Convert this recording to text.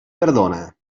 perdona